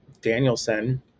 Danielson